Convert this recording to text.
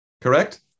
correct